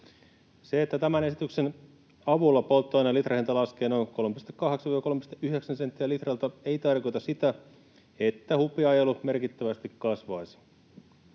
Se, että tämän esityksen avulla polttoaineen litrahinta laskee noin 3,8—3,9 senttiä litralta, ei tarkoita sitä, että hupiajelu merkittävästi kasvaisi.